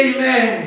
Amen